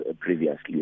previously